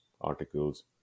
articles